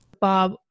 Bob